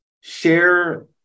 share